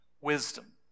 wisdom